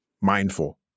mindful